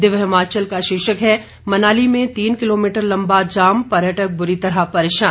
दिव्य हिमाचल का शीर्षक है मनाली में तीन किलोमीटर लंबा जाम पर्यटक बुरी तरह परेशान